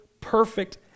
perfect